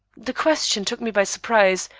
the question took me by surprise,